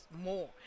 more